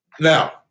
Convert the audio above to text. Now